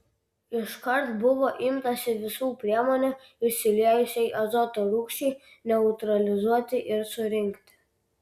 iškart buvo imtasi visų priemonių išsiliejusiai azoto rūgščiai neutralizuoti ir surinkti